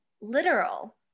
literal